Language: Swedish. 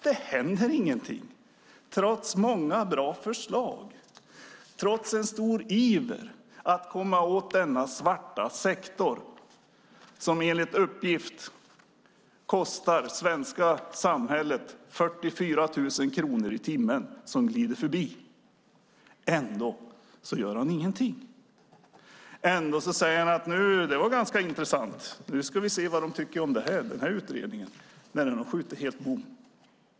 Det händer ingenting trots många bra förslag och trots en stor iver att komma åt denna svarta sektor som enligt uppgift kostar det svenska samhället 44 000 kronor i timmen. Ändå gör finansministern ingenting. Han säger att detta var ganska intressant och att man nu ska se vad de tycker om denna utredning. Men den har skjutit helt bom.